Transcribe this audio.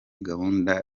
gahunda